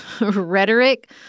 rhetoric